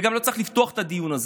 וגם לא צריך לפתוח את הדיון הזה,